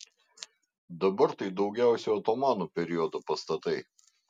dabar tai daugiausiai otomanų periodo pastatai